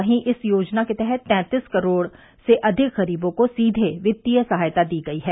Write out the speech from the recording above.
वहीं इस योजना के तहत तैंतीस करोड़ से अधिक गरीबों को सीधे वित्तीय सहायता दी गई है